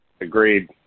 Agreed